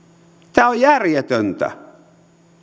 tämä on järjetöntä